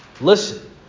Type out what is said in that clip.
Listen